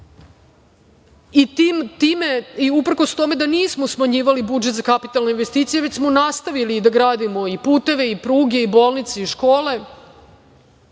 itd, itd. Uprkos tome da nismo smanjivali budžet za kapitalne investicije, već smo nastavili da gradimo i puteve i pruge i bolnice i škole,